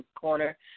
Corner